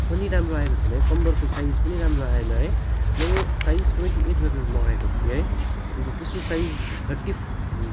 पनि राम्रो आएको थिएन है कम्मरको साइज पनि राम्रो आएन है मैले साइज ट्वेन्टी एट गरेर मगाएको थिएँ है अन्त त्यसको साइज थर्टी